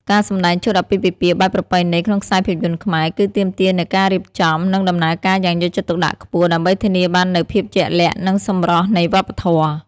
ការសម្ដែងឈុតអាពាហ៍ពិពាហ៍បែបប្រពៃណីក្នុងខ្សែភាពយន្តខ្មែរ គឺទាមទារនូវការរៀបចំ និងដំណើរការយ៉ាងយកចិត្តទុកដាក់ខ្ពស់ ដើម្បីធានាបាននូវភាពជាក់លាក់ និងសម្រស់នៃវប្បធម៌។